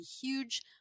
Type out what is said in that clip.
huge